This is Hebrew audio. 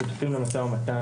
אנחנו שותפים למשא ומתן,